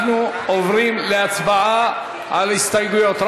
אנחנו עוברים להצבעה על הסתייגויות.